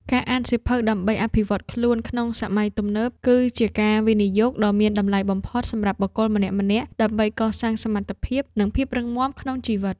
ការអានសៀវភៅដើម្បីអភិវឌ្ឍខ្លួនក្នុងសម័យទំនើប គឺជាការវិនិយោគដ៏មានតម្លៃបំផុតសម្រាប់បុគ្គលម្នាក់ៗ ដើម្បីកសាងសមត្ថភាព និងភាពរឹងមាំក្នុងជីវិត។